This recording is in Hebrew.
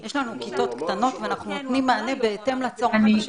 יש לנו כיתות קטנות ואנחנו נותנים מענה בהתאם לצורך בשטח.